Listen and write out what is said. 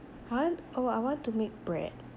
what oh I want to make bread